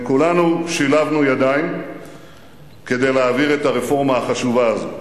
כולנו שילבנו ידיים כדי להעביר את הרפורמה החשובה הזאת.